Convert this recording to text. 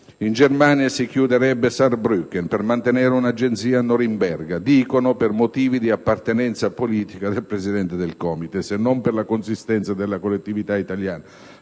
in Germania si chiuderebbe Saarbrücken per mantenere un'agenzia a Norimberga, dicono per motivi di appartenenza politica del presidente del Comites e non per la consistenza della collettività italiana;